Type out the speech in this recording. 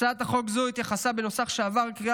הצעת החוק הזו התייחסה בנוסח שעבר קריאה